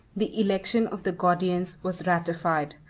the election of the gordians was ratified,